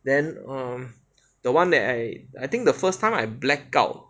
then um the one that I I think the first time I blackout